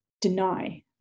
deny